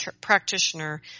practitioner